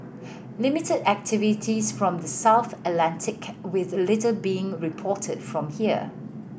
limited activities from the south Atlantic with little being reported from here